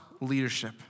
leadership